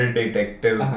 detective